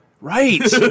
Right